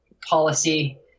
policy